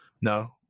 No